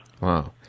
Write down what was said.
Wow